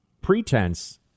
pretense